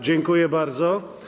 Dziękuję bardzo.